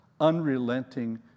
unrelenting